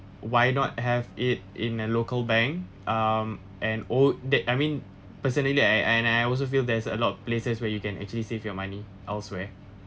why not have it in a local bank um an old that I mean personally I I and I also feel there's a lot of places where you can actually save your money elsewhere